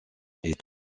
est